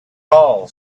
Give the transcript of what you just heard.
all